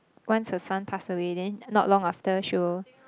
once her son pass away then not long after she will